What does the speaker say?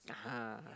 (uh huh)